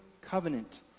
covenant